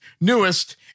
newest